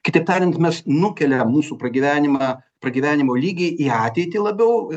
kitaip tariant mes nukeliam mūsų pragyvenimą pragyvenimo lygį į ateitį labiau